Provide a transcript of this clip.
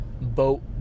boat